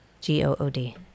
G-O-O-D